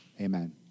Amen